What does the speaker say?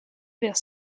vers